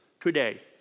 today